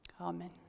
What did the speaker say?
Amen